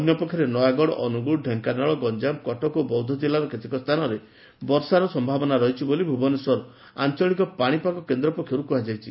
ଅନ୍ୟପକ୍ଷରେ ନୟାଗଡ ଅନୁଗୁଳ ଢ଼େଙ୍କାନାଳ ଗଞ୍ଠାମ କଟକ ଓ ବୌଦ୍ଧ ଜିଲ୍ଲାର କେତେକ ସ୍ଥାନରେ ବର୍ଷାର ସମ୍ଭାବନା ରହିଛି ବୋଲି ଭୁବନେଶ୍ୱର ଆଅଳିକ ପାଶିପାଗ କେନ୍ଦ ପକ୍ଷରୁ କୁହାଯାଇଛି